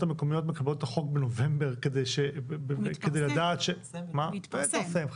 המקומיות מקבלות את החוק בנובמבר כדי לדעת --- הוא מתפרסם.